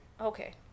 Okay